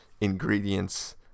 ingredients